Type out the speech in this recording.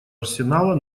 арсенала